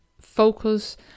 focus